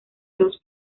dos